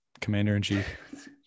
Commander-in-chief